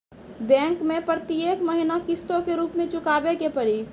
Bank मैं प्रेतियेक महीना किस्तो के रूप मे चुकाबै के पड़ी?